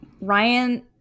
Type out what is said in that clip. Ryan